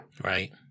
Right